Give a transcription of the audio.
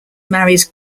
marries